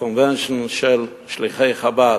ב-convention של שליחי חב"ד.